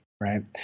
right